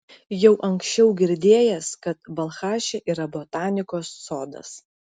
jau anksčiau girdėjęs kad balchaše yra botanikos sodas